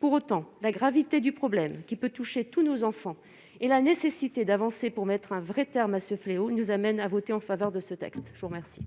pour autant la gravité du problème qui peut toucher tous nos enfants et la nécessité d'avancer pour mettre un vrai terme à ce fléau, nous amène à voter en faveur de ce texte, je vous remercie.